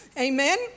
Amen